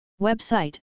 Website